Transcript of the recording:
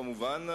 כמובן,